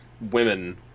women